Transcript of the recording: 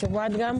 את שומעת?